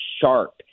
sharp